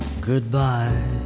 goodbye